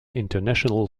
international